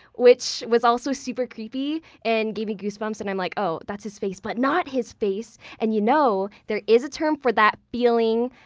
which was also super creepy and gave me goosebumps. and i'm like, oh, that's his face, but not his face! and you know, there is a term for that feeling.